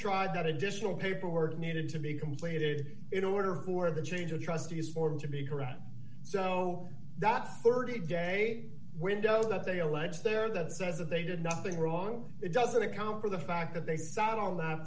tried that additional paperwork needed to be completed in order who are the change of trustees form to be corrected so that thirty day window that they allege there that says that they did nothing wrong it doesn't account for the fact that they sat on that